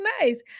nice